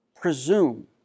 presume